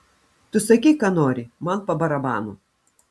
tu sakyk ką nori man pa barabanu